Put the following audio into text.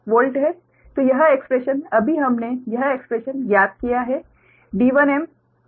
तो यह एक्स्प्रेश्न अभी हमने यह एक्स्प्रेश्न ज्ञात कीया है D1mDkm सही